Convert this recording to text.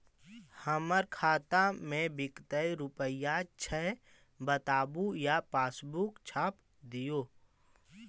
हमर खाता में विकतै रूपया छै बताबू या पासबुक छाप दियो?